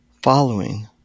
Following